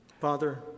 Father